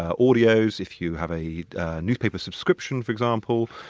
ah audios, if you have a newspaper subscription for example,